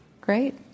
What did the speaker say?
Great